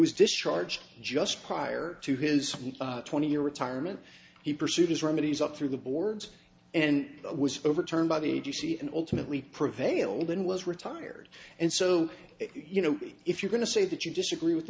was discharged just prior to his twenty year retirement he pursued his remedies up through the boards and was overturned by the agency and ultimately prevailed and was retired and so you know if you're going to say that you disagree with the